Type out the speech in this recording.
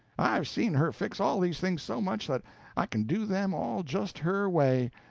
i've seen her fix all these things so much that i can do them all just her way,